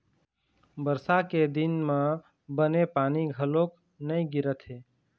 बरसा के दिन म बने पानी घलोक नइ गिरत हे